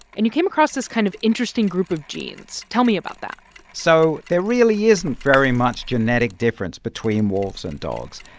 and you came across this kind of interesting group of genes. tell me about that so there really isn't very much genetic difference between wolves and dogs.